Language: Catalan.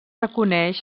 reconeix